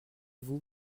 vous